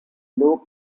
low